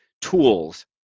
tools